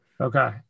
Okay